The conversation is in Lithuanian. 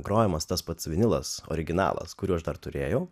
grojamas tas pats vinilas originalas kurio aš dar turėjau